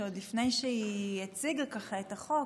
שעוד לפני שהיא הציגה את החוק,